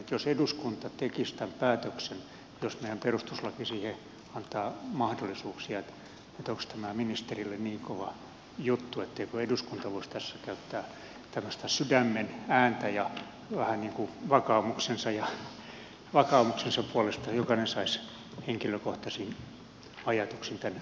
jos eduskunta tekisi tämän päätöksen jos meidän perustuslaki siihen antaa mahdollisuuksia onko tämä ministerille niin kova juttu etteikö eduskunta voisi tässä käyttää tämmöistä sydämen ääntä ja vähän niin kuin vakaumuksensa puolesta jokainen saisi henkilökohtaisin ajatuksin äänestää